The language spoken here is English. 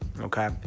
Okay